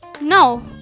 No